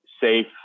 safe